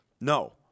No